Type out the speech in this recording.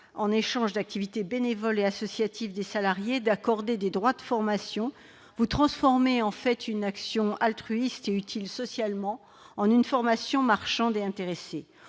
en échange d'activités bénévoles et associatives des salariés, d'accorder des droits à la formation, vous transformez une action altruiste et utile socialement en une formation marchande et intéressée.